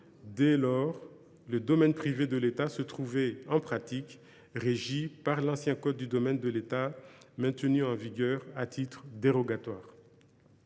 Dès lors, le domaine privé de l’État se trouvait, en pratique, régi par l’ancien code du domaine de l’État, qui avait été maintenu en vigueur à titre dérogatoire.